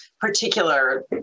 particular